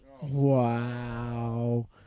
wow